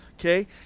Okay